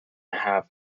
half